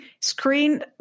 screen